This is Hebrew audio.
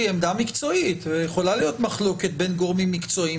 שהיא עמדה מקצועית ויכולה להיות מחלוקת בין גורמים מקצועיים,